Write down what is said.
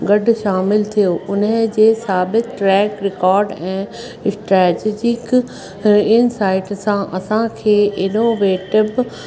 गॾु शामिल थियो उन्हे जे साबित ट्रैक रिकॉड ऐं स्ट्रेजजिक इनसाइट सां असांखे एॾो वेट बि